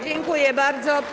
Dziękuję bardzo.